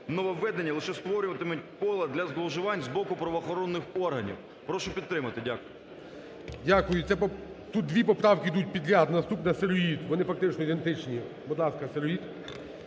нововведення лише створюватимуть поле для зловживань з боку правоохоронних органів. Прошу підтримати. Дякую. ГОЛОВУЮЧИЙ. Дякую. Це тут дві поправки йдуть підряд, наступна Сироїд, вони фактично ідентичні. Будь ласка, Сироїд.